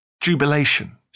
Jubilation